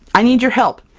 i need your help!